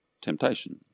Temptation